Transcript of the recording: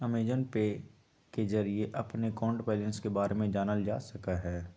Amazon Pay के जरिए अपन अकाउंट बैलेंस के बारे में जानल जा सका हई